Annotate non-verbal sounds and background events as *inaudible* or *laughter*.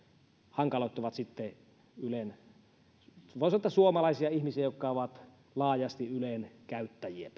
hankaloittavat sitten suomalaisia ihmisiä jotka ovat laajasti ylen palveluiden käyttäjiä *unintelligible*